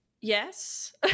yes